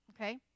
Okay